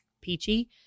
peachy